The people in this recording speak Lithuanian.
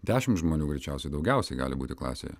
dešimt žmonių greičiausia daugiausiai gali būti klasėje